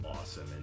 awesome